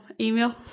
email